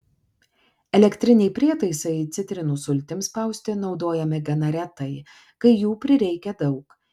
elektriniai prietaisai citrinų sultims spausti naudojami gana retai kai jų prireikia daug